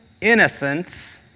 innocence